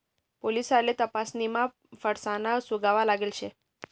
पोलिससले तपासणीमा फसाडाना सुगावा लागेल शे